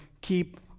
keep